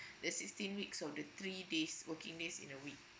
the sixteen weeks of the three days working days in a week